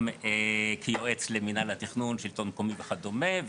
גם יועץ למינהל התכנון, שלטון מקומי וכדומה.